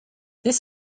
this